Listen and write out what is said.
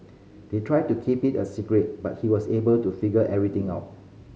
they tried to keep it a secret but he was able to figure everything out